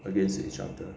against each other